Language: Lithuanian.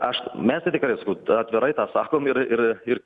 aš mes tai tikrai sakau atvirai tą sakom ir ir ir